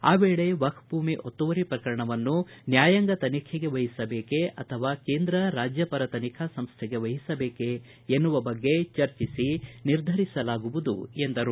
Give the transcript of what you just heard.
ಆ ವೇಳೆ ವಕ್ಕೆ ಭೂಮಿ ಒತ್ತುವರಿ ಪ್ರಕರಣವನ್ನು ನ್ಯಾಯಾಂಗ ತನಿಖೆಗೆ ವಹಿಸಬೇಕೇ ಅಥವಾ ಕೇಂದ್ರ ರಾಜ್ಯ ಪರ ತನಿಖಾ ಸಂಸ್ಥೆಗೆ ವಹಿಸಬೇಕೇ ಎನ್ನುವ ಬಗ್ಗೆ ಚರ್ಜೆಸಿ ನಿರ್ಧಾರ ಕೈಗೊಳ್ಳಲಾಗುವುದು ಎಂದರು